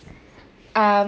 um